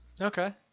Okay